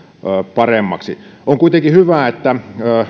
paremmaksi on kuitenkin hyvä että